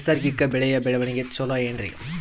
ನೈಸರ್ಗಿಕ ಬೆಳೆಯ ಬೆಳವಣಿಗೆ ಚೊಲೊ ಏನ್ರಿ?